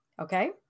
Okay